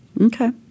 Okay